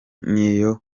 n’iyo